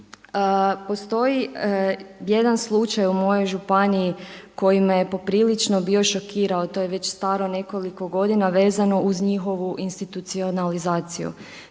Postoji jedan slučaj u mojoj županiji koji me je poprilično bio šokirao, to je već staro nekoliko godina vezano uz njihovu institucionalizaciju.